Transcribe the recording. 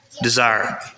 desire